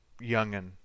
youngin